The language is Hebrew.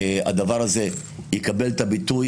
הדבר הזה יקבל ביטוי,